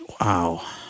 Wow